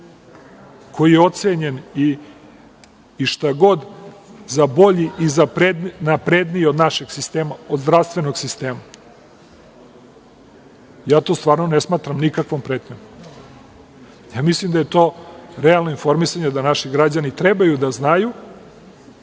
koji je ocenjen i šta god za bolji i za napredniji od našeg sistema, od zdravstvenog sistema. Ja to stvarno ne smatram nikakvom pretnjom. Ja mislim da je to realno informisanje i da naši građani trebaju da znaju